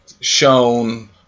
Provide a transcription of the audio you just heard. shown